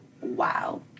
Wow